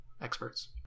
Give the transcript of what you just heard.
Experts